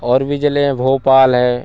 और भी ज़िले हैं भोपाल है